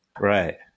Right